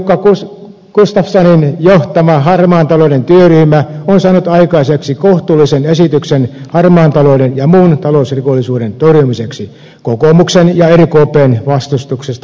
ministeri jukka gustafssonin johtama harmaan talouden työryhmä on saanut aikaiseksi kohtuullisen esityksen harmaan talouden ja muun talousrikollisuuden torjumiseksi kokoomuksen ja rkpn vastustuksesta huolimatta